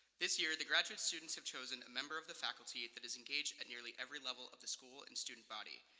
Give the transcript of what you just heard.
this year, the graduate students have chosen a member of the faculty that is engaged at nearly every level of the school and student body.